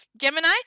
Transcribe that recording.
Gemini